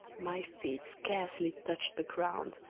my feet scarcely touched the ground,